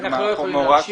על פניו,